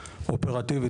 אופרטיבית,